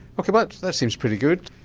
ok, but that seems pretty good,